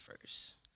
first